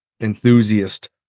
enthusiast